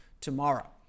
tomorrow